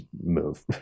move